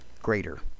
greater